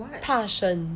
怕生